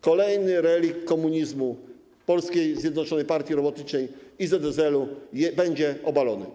Kolejny relikt komunizmu, Polskiej Zjednoczonej Partii Robotniczej i ZSL-u, będzie obalony.